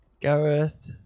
Gareth